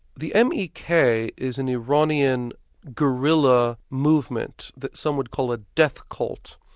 the m. e. k. is an iranian guerilla movement that some would call a death cult,